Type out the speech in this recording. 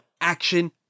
action